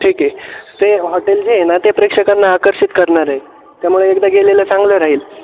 ठीके ते हॉटेल जे आहे ना ते प्रेक्षकांना आकर्षित करणारं आहे त्यामुळे एकदा गेलेलं चांगलं राहील